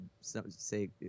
say